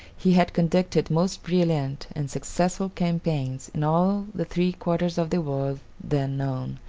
he had conducted most brilliant and successful campaigns in all the three quarters of the world then known,